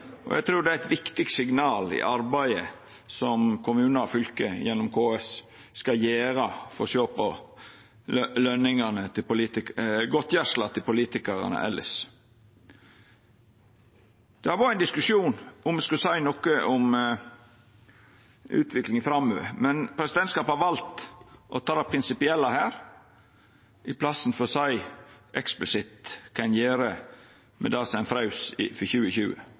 og eg trur det er eit viktig signal i arbeidet som kommunar og fylke gjennom KS skal gjera for å sjå på godtgjersla til politikarane elles. Det har vore ein diskusjon om me skulle seia noko om utviklinga framover, men presidentskapet har valt å ta det prinsipielle her i plassen for å seia eksplisitt kva ein gjer med det som ein fraus for 2020.